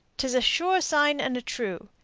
t is a sure sign and a true,